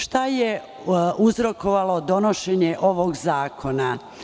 Šta je uzrokovalo donošenje ovog zakona?